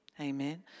Amen